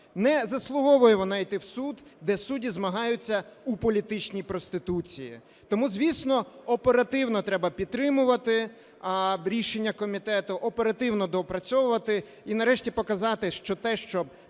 Не заслуговує вона йти в суд, де судді змагаються у політичній проституції. Тому, звісно, оперативно треба підтримувати рішення комітету, оперативно доопрацьовувати і нарешті показати, що те, що